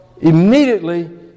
immediately